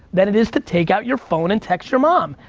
than it is to take out your phone and text your mom.